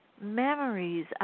memories